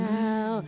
now